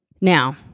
Now